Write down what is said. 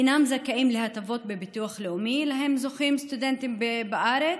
אינם זכאים להטבות בביטוח הלאומי שלהן זוכים סטודנטים בארץ,